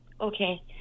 okay